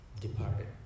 departed